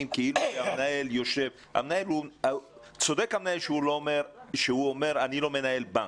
כאילו המנהל צודק המנהל שאומר שהוא לא מנהל בנק.